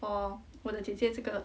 for 我的姐姐这个